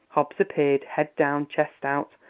hobbs appeared, head down, chest out,